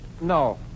No